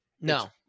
No